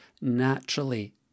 naturally